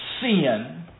Sin